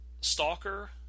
stalker